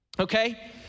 Okay